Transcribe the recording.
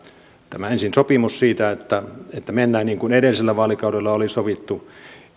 tämä sopimus siitä että mennään niin kuin edellisellä vaalikaudella oli sovittu